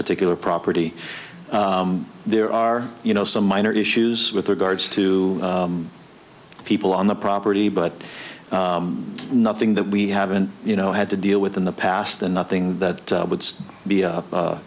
particular property there are you know some minor issues with regards to people on the property but nothing that we haven't you know had to deal with in the past and nothing that would be